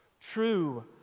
true